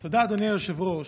תודה, אדוני היושב-ראש.